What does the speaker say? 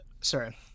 sorry